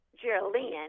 Geraldine